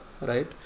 right